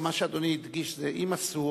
מה שאדוני הדגיש הוא שאם אסור,